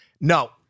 No